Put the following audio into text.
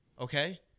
Okay